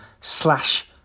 slash